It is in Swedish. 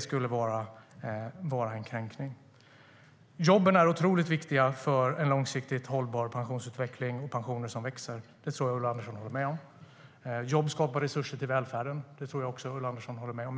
skulle vara en kränkning. Jobben är otroligt viktiga för en långsiktigt hållbar pensionsutveckling och pensioner som växer. Det tror jag att Ulla Andersson håller med om. Jobb skapar resurser till välfärden. Det tror jag också att Ulla Andersson håller med om.